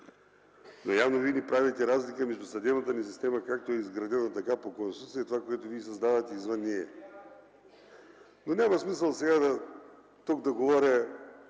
Явно Вие не правите разлика между съдебната ни система, както е изградена така по Конституция, и това, което създавате извън нея. Няма смисъл сега тук да говоря